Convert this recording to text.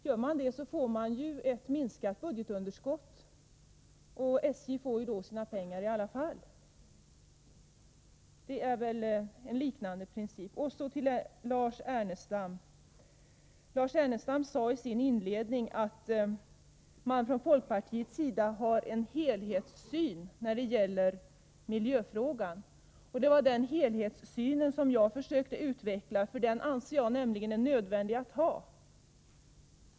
Gör man det får man ju ett mindre budgetunderskott, och SJ får sina pengar i alla fall. — Det är en liknande princip. Sedan till Lars Ernestam, som i sitt inledningsanförande sade att folkpartiet har en helhetssyn när det gäller miljöfrågan. Det var den helhetssynen som jag försökte utveckla, eftersom jag anser att den är nödvändig.